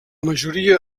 majoria